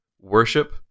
worship